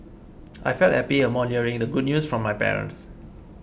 I felt happy upon hearing the good news from my parents